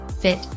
fit